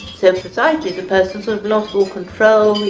so precisely the person sort of lost all control,